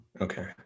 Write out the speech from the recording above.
Okay